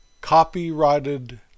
copyrighted